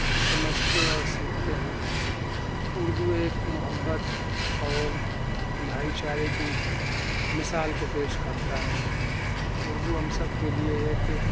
سمجھتے اور سیکھتے ہیں اردو ایک محبت اور بھائی چارے کی مثال کو پیش کرتا ہے اردو ہم سب کے لیے ایک